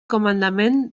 comandament